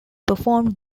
performed